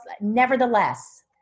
nevertheless